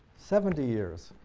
seventy years,